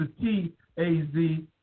T-A-Z